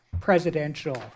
presidential